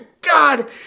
God